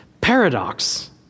paradox